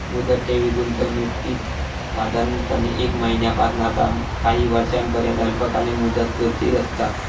मुदत ठेवी गुंतवणुकीत साधारणपणे एक महिन्यापासना ता काही वर्षांपर्यंत अल्पकालीन मुदतपूर्ती असता